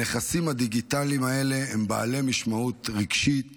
הנכסים הדיגיטליים האלה הם בעלי משמעות רגשית